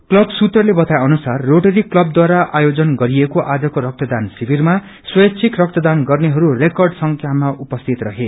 club सूत्रले बताए अनुसार रोटरी क्लवद्वारा आयोजन गरिएको आजको रक्तदान शिविरमा स्वेच्छीक रक्तदान गर्नेहरू रेकर्ड संक्यामा उपस्थित रहे